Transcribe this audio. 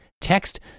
text